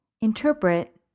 interpret